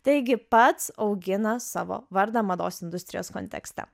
taigi pats augina savo vardą mados industrijos kontekste